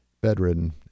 bedridden